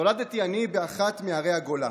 נולדתי אני באחת מערי הגולה.